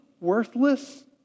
worthless